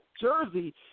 Jersey